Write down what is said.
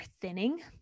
thinning